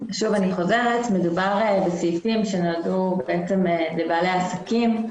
אני חוזרת שוב: מדובר בסעיפים שנועדו לבעלי העסקים,